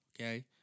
okay